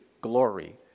glory